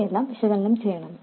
ഇവയെല്ലാം വിശകലനം ചെയ്യണം